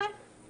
כל הנושא?